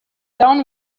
down